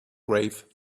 grave